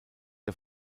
der